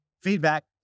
feedback